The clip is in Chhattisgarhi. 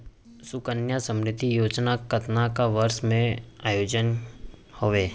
सुकन्या समृद्धि योजना कतना वर्ष के योजना हावे?